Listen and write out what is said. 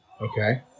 Okay